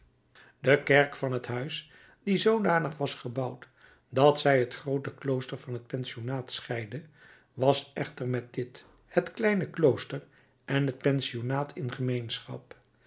de kerk van het huis die zoodanig was gebouwd dat zij het groote klooster van het pensionaat scheidde was echter met dit het kleine klooster en het pensionaat in gemeenschap